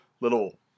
little